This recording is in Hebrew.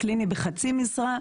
מנהל קליני בחצי משרה,